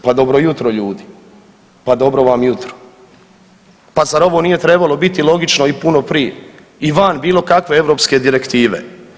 Pa dobro jutro ljudi, pa dobro vam jutro, pa zar ovo nije trebalo biti logično i puno prije i van bilo kakve europske direktive?